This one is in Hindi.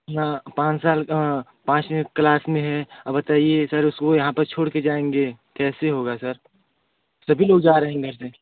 हाँ पाँच साल का पाँचवी क्लास में है बताइए उसको यहाँ पर छोड़कर जाएँगे कैसे होगा सर सभी लोग जा रहे हैं देखने